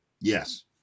Yes